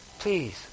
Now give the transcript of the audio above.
Please